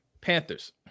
Panthers